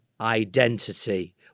identity